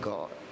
God